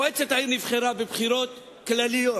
מועצת העיר נבחרה בבחירות כלליות,